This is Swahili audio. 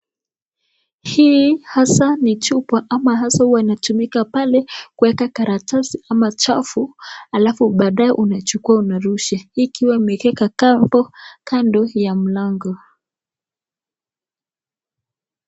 Hii haswa ni chupa ama haswa huwa inatumika pale kuweka karatasi ama chafu alafu baadaye unachukua unarusha. Hii ikiwa imeekeka kambo kando ya mlango.